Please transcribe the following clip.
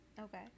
okay